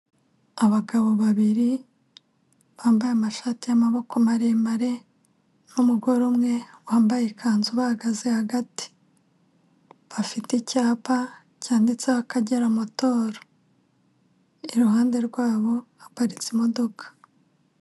Abagabo babiri bambaye amashati y'amaboko maremare n'umugore umwe wambaye ikanzu ubahagaze hagati, bafite icyapa cyanditseho akagera motari, iruhande rwabo haparitse imodoka.